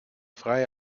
freie